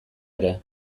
ere